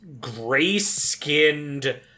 gray-skinned